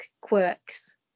quirks